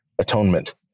atonement